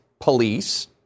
police